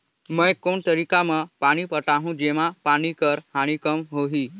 मैं कोन तरीका म पानी पटाहूं जेमा पानी कर हानि कम होही?